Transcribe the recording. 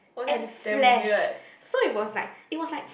and flesh so it was like it was like